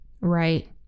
Right